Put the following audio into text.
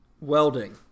Welding